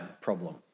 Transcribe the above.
problem